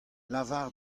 lavar